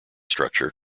structure